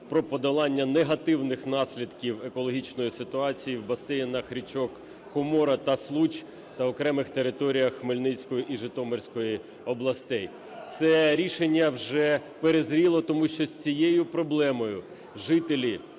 про подолання негативних наслідків екологічної ситуації в басейнах річок Хомора та Случ на окремих територіях Хмельницької та Житомирської областей. Це рішення вже перезріло, тому що з цією проблемою жителі